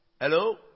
Hello